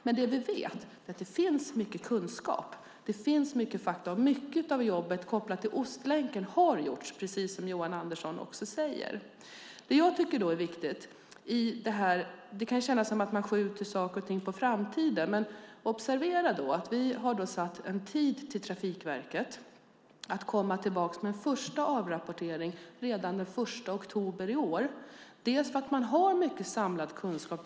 Men det vi vet är att det finns mycket kunskap och fakta. Mycket av jobbet kopplat till Ostlänken har gjorts, precis som Johan Andersson säger. Det kan kännas som att man skjuter saker och ting på framtiden, men observera att vi har satt en tid till Trafikverket att komma tillbaka med en första avrapportering redan den 1 oktober i år. De har mycket samlad kunskap.